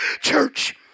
church